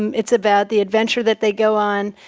it's about the adventure that they go on.